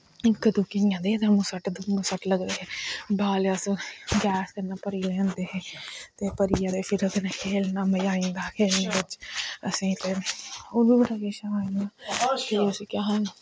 इक दुए इयां ते उआं सट लगदे हे बॉल अस गैस कन्नै भरियै लेआंदे हे ते भरियै ते फिर ओह्दै नै खेलना मज़ा आई जंदा हा खेलने बिच्च असें पर होर बी किश उसी केह् आखदे